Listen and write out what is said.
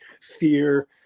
fear